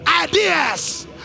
ideas